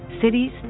cities